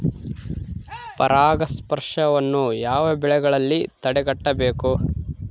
ಪರಾಗಸ್ಪರ್ಶವನ್ನು ಯಾವ ಬೆಳೆಗಳಲ್ಲಿ ತಡೆಗಟ್ಟಬೇಕು?